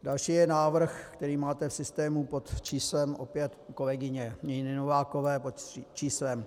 Další je návrh, který máte v systému pod číslem opět kolegyně Niny Novákové pod číslem 3677.